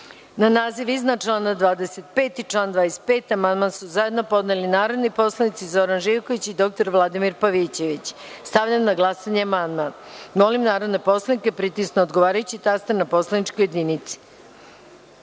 ovaj amandman. Na član 41. amandman su zajedno podneli narodni poslanici Zoran Živković i dr Vladimir Pavićević. Stavljam na glasanje amandman. Molim narodne poslanike da pritisnu odgovarajući taster na poslaničkoj